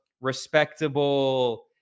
respectable